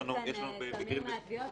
לידי יושב תמיר מהתביעות,